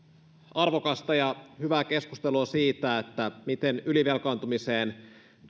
arvokasta ja hyvää keskustelua siitä miten ylivelkaantumiseen